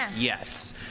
yes.